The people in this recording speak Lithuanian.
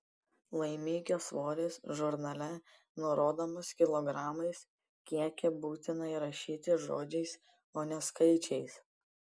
laimikio svoris žurnale nurodomas kilogramais kiekį būtina įrašyti žodžiais o ne skaičiais